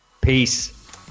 Peace